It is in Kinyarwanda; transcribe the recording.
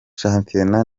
shampiona